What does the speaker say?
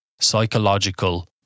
psychological